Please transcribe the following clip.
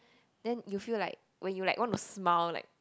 then you feel like when you like want to smile like